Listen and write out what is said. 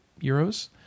euros